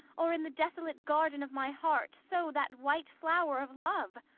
or in the desolate garden of my heart sow that white flower of love?